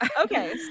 okay